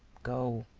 go,